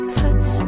touch